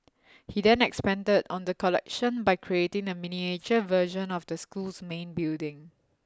he then expanded on the collection by creating a miniature version of the school's main building